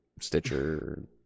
Stitcher